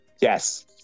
Yes